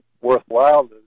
worthwhile